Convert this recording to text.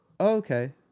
okay